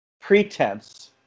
pretense